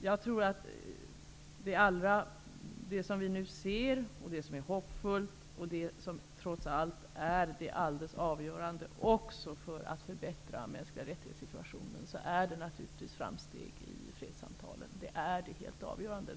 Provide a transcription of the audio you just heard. Jag tror att det som är hoppfullt i det som vi nu ser -- och det är trots allt det helt avgörande, också för att förbättra situationen när det gäller de mänskliga rättigheterna -- är framstegen i fredssamtalen.